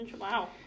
Wow